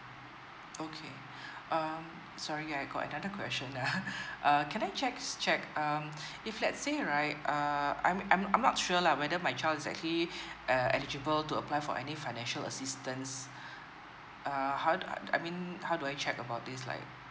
okay um sorry I got another question uh uh can I checks' check um if let's say right um I'm I'm I'm not sure lah whether my child is actually uh eligible to apply for any financial assistance uh how do I mean how do I check about this like